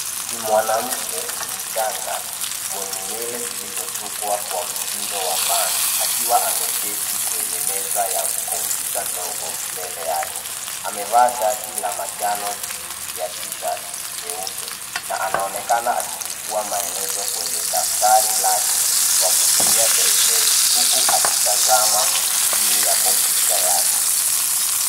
Ni mwanamke mchanga mwenye nywele zilizosukwa kwa mtindo wa ban akiwa ameketi kwenye meza ya kopyuta dogo mbele yake. Amevaa shati la majano juu ya Tshirt nyeupe, anaonekana akichukua maelezo kwenye daftari lake kwa kutumia penseli, uku akitazama scrini ya kopyuta yake.